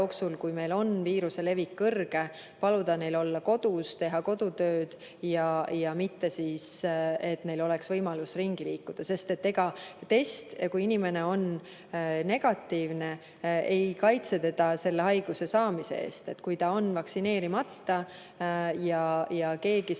jooksul, kui meil on viiruse levik kõrge, paluda olla kodus, teha kodutööd, mitte et neil oleks võimalus ringi liikuda. Sest ega test, kui inimene on negatiivne, ei kaitse teda selle haiguse saamise eest. Kui ta on vaktsineerimata ja keegi